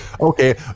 Okay